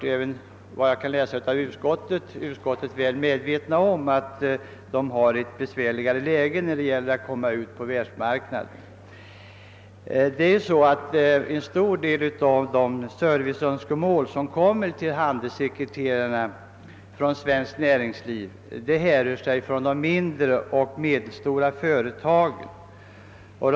Efter vad jag kan utläsa är utskottet väl medvetet om att de befinner sig i ett besvärligt läge när det gäller att komma ut på världsmarknaden med sina varor. En stor del av de serviceönskemål som framförs till handelssekreterarna från svenskt näringsliv härrör från de mindre och medelstora företagen.